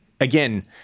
again